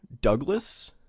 Douglas